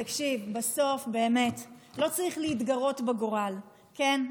תקשיב, בסוף, באמת, לא צריך להתגרות בגורל, כן.